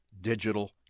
digital